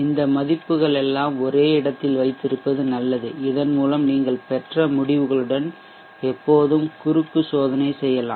இந்த மதிப்புகள் எல்லாம் ஒரே இடத்தில் வைத்திருப்பது நல்லது இதன் மூலம் நீங்கள் பெற்ற முடிவுகளுடன் எப்போதும் குறுக்கு சோதனை செய்யலாம்